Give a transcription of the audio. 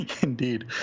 Indeed